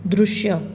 दृश्य